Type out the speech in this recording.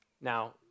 Now